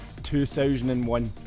2001